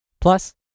Plus